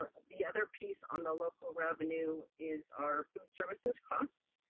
ah the other piece on the local revenue is our food services costs,